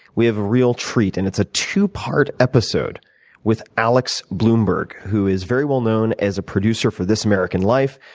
we have a real treat and it's a two part episode with alex blumberg, who is very well known as a producer for this american life,